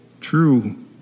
true